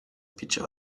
picture